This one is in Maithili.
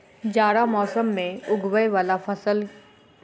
जाड़ा मौसम मे उगवय वला फसल?